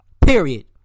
Period